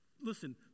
Listen